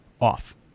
off